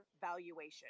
valuation